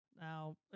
Now